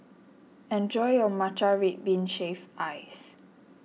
enjoy your Matcha Red Bean Shaved Ice